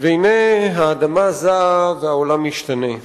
והנה האדמה זעה והעולם השתנה.